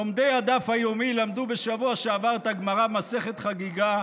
לומדי הדף היומי למדו בשבוע שעבר את הגמרא במסכת חגיגה.